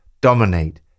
dominate